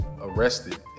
arrested